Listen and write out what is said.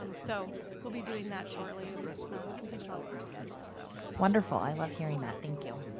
um so we'll be doing that shortly. it was contingent on her schedule. so wonderful. i love hearing that. thank you.